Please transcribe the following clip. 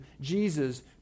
Jesus